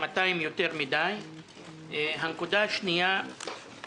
גם הנושא הזה דורש טיפול.